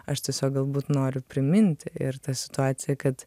aš tiesiog galbūt noriu priminti ir ta situacija kad